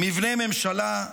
מבני ממשלה,